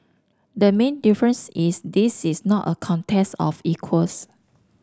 the main difference is this is not a contest of equals